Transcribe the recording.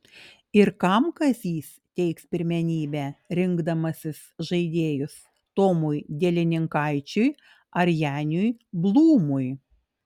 ir kam kazys teiks pirmenybę rinkdamasis žaidėjus tomui delininkaičiui ar janiui blūmui